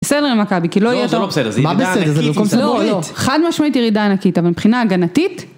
בסדר. חד משמעית ירידה ענקית, אבל מבחינה הגנתית